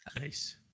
Nice